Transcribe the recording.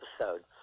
episode